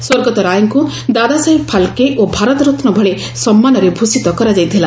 ସ୍ୱର୍ଗତ ରାୟଙ୍କ ଦାଦାସାହେବ ଫାଲ୍କେ ଓ ଭାରତରତ୍ନ ଭଳି ସମ୍ମାନରେ ଭୂଷିତ କରାଯାଇଥିଲା